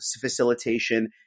facilitation